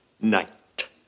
Night